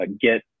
get